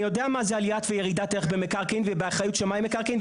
אני יודע מה זה עלייה וירידת ערך במקרקעין ובאחריות שמאי מקרקעין,